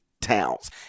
towns